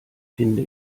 finde